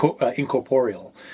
incorporeal